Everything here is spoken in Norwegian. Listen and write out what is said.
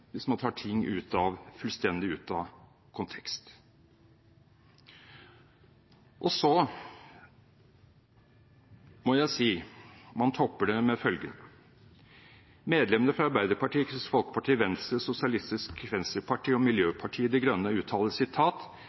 hvis man tar ting fullstendig ut av kontekst. Så må jeg si man topper det med følgende: Medlemmene fra Arbeiderpartiet, Kristelig Folkeparti, Venstre, Sosialistisk Venstreparti og Miljøpartiet De Grønne uttaler